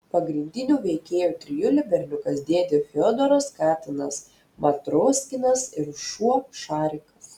pagrindinių veikėjų trijulė berniukas dėdė fiodoras katinas matroskinas ir šuo šarikas